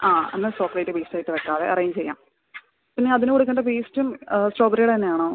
ആ എന്നാൽ ചോക്ലേറ്റ് പീസായിട്ട് വെക്കാമേ അറേഞ്ച് ചെയ്യാം പിന്നെ അതിന് കൊടുക്കേണ്ട പേസ്റ്റും സ്ട്രോബെറീടെ തന്നെയാണോ